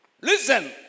Listen